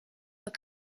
cent